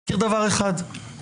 להזכיר דבר אחד,